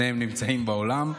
שניהם נמצאים באולם.